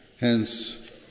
Hence